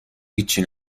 هیچی